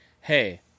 hey